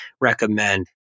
recommend